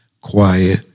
quiet